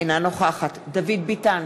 אינה נוכחת דוד ביטן,